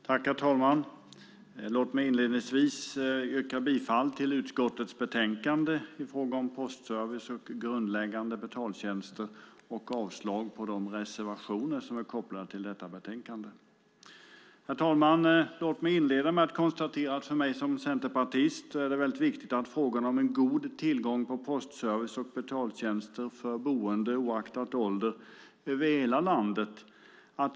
Herr talman! Låt mig inledningsvis yrka bifall till förslaget i utskottets betänkande i fråga om postservice och grundläggande betaltjänster och avslag på de reservationer som är kopplade till detta betänkande. Låt mig sedan börja med att konstatera att för mig som centerpartist är frågan om god tillgång till postservice och betaltjänster för boende, oaktat ålder, över hela landet viktig.